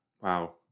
Wow